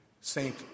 saint